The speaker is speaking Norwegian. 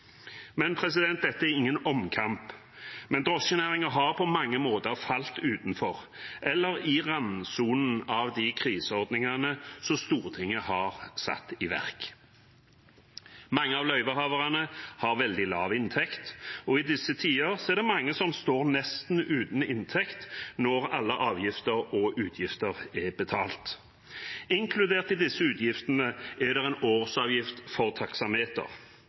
Dette er ingen omkamp, men drosjenæringen har på mange måter falt utenfor eller er i randsonen av kriseordningene Stortinget har satt i verk. Mange av løyvehaverne har veldig lav inntekt, og i disse tider er det mange som står nesten uten inntekt når alle avgifter og utgifter er betalt. Inkludert i disse utgiftene er det en årsavgift for taksameter.